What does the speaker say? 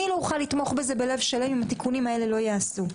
אני מוכנה לתמוך בזה בלב שלם אם התיקונים האלה לא ייעשו.